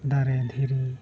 ᱫᱟᱨᱮ ᱫᱷᱤᱨᱤ